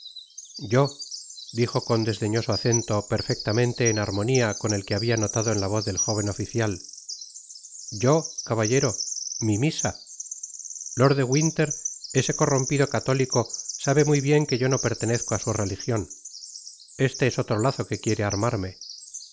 yo dijo cod desdeñoso acento perfectamente en armonia con el que habia notado en la voz del jóven oficial yo caballero mi misa lord de winter ese corrompido católico sabe muy bien que yo no pertenezco á su religion este es otro lazo que quiere armarme